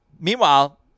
Meanwhile